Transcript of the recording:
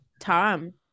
Tom